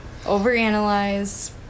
Overanalyze